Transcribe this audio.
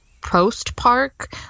post-park